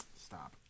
Stop